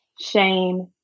shame